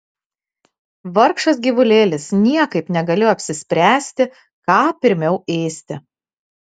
vargšas gyvulėlis niekaip negalėjo apsispręsti ką pirmiau ėsti